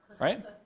Right